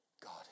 God